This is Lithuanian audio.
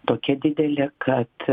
tokia didelė kad